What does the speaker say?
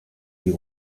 sie